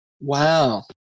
Wow